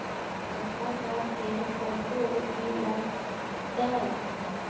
आधार card के photo भी लग तै?